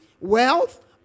wealth